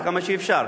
עד כמה שאפשר,